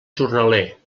jornaler